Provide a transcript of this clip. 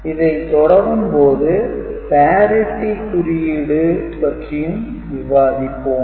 இதை தொடரும் போது parity குறியீடு பற்றியும் விவாதிப்போம்